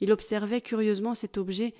il observait curieusement cet objet